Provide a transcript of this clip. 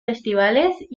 festivales